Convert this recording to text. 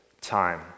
time